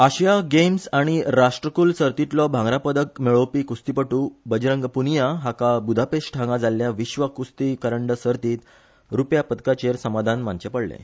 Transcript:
Asia games आनी राष्ट्रकुल सर्तीतलो भांगरा पदक मेळोवपी कुस्तीपट्र बजरंग पुनिया हाका बुधापेस्ट हांगा जाल्ल्या विश्व कुस्टी करंडक सर्तीत रुप्या पदकाचेर समाधान मानचे पडलें